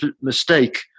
mistake